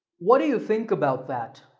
what do you think about that?